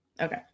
Okay